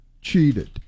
cheated